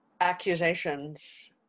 Accusations